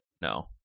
No